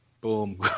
Boom